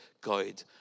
guide